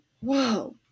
Whoa